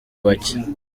bake